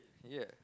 yeah